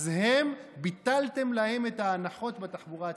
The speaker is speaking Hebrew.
אז הם, ביטלתם להם את ההנחות בתחבורה הציבורית.